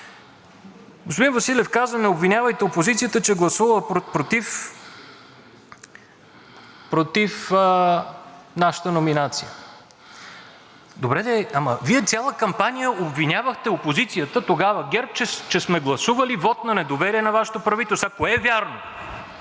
Господин Василев каза: не обвинявайте опозицията, че е гласувала против нашата номинация. Добре де, ама Вие цяла кампания обвинявахте опозицията – тогава ГЕРБ, че сме гласували вот на недоверие на Вашето правителство. Кое сега